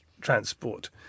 transport